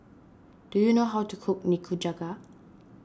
do you know how to cook Nikujaga